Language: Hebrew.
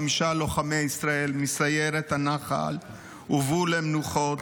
חמישה לוחמי ישראל מסיירת הנח"ל הובאו למנוחות.